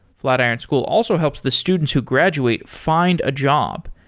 flatiron school also helps the students who graduate find a job.